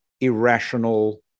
irrational